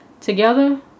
Together